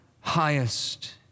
highest